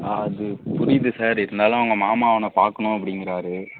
ஆ அது புரியுது சார் இருந்தாலும் அவங்க மாமா அவனை பார்க்கணும் அப்படிங்றாரு